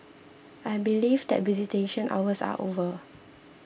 I believe that visitation hours are over